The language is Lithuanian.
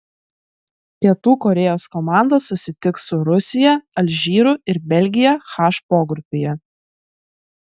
pietų korėjos komanda susitiks su rusija alžyru ir belgija h pogrupyje